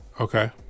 Okay